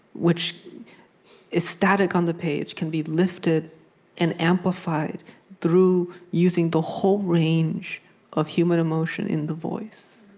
which is static on the page, can be lifted and amplified through using the whole range of human emotion in the voice.